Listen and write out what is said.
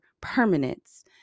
permanence